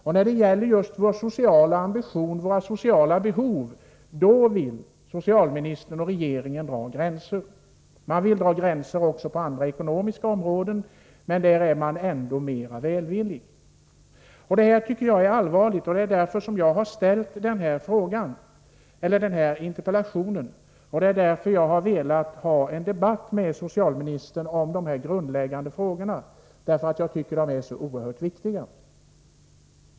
Men när det gäller vår sociala ambition och våra sociala behov vill socialministern och regeringen dra gränser. Man drar gränser också på andra ekonomiska områden, men där är man mer välvillig. Detta tycker jag är allvarligt, och det är därför som jag har framställt den här interpellationen och velat ha den här debatten med socialministern om dessa grundläggande frågor — de är oerhört viktiga.